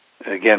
Again